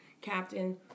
captain